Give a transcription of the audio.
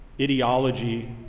ideology